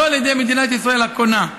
לא על ידי מדינת ישראל הקונה,